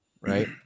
right